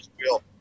wheel